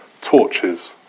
torches